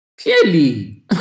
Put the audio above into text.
Clearly